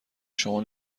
شما